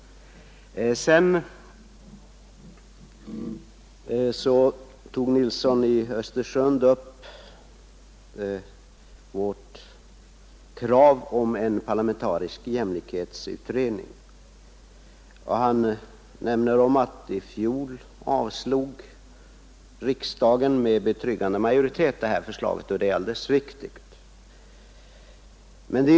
Herr Nilsson i Östersund tog upp vårt krav på en parlamentarisk jämlikhetsutredning. Han nämnde att riksdagen i fjol avslog detta förslag med betryggande majoritet — och det är alldeles riktigt.